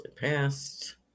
passed